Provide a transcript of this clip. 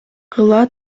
кыла